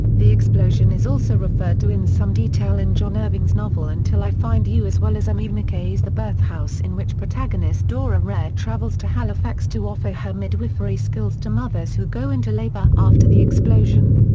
the explosion is also referred to in some detail in john irving's novel until i find you as well as ami mckay's the birth house in which protagonist dora rare travels to halifax to offer her midwifery skills to mothers who go into labour after the explosion.